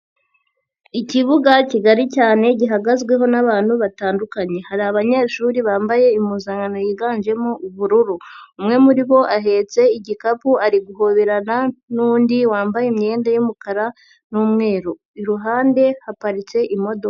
Ikibuga kigari cyane gihagazweho n'abantu batandukanye, hari abanyeshuri bambaye impuzankano yiganjemo ubururu, umwe muri bo ahetse igikapu ari guhoberana n'undi wambaye imyenda y'umukara n'umweru iruhande haparitse imodoka.